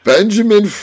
Benjamin